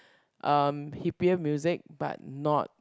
um hippier music but not like